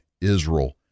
Israel